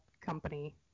company